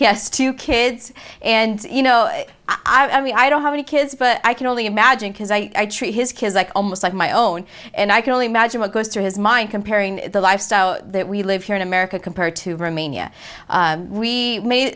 has two kids and you know i mean i don't have any kids but i can only imagine because i treat his kids like almost like my own and i can only imagine what goes through his mind comparing the lifestyle that we live here in america compared to romania